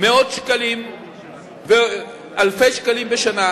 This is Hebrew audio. מאות שקלים ואלפי שקלים בשנה,